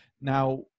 now